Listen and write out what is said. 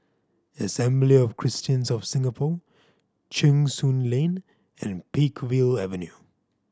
Assembly of Christians of Singapore Cheng Soon Lane and Peakville Avenue